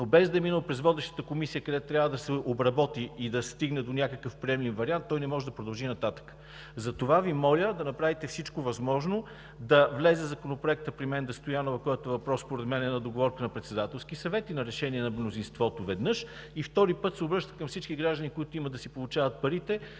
Без да е минал през водещата комисия, където трябва да се обработи и да стигне до някакъв приемлив вариант, той не може да продължи нататък. Затова Ви моля да направите всичко възможно Законопроектът да влезе при Менда Стоянова, който въпрос според мен е договорка на Председателския съвет и на решение на мнозинството, веднъж. Втори път се обръщам към всички граждани, които имат да си получават парите,